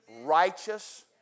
righteous